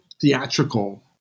theatrical